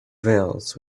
veils